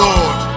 Lord